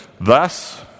Thus